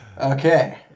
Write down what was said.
Okay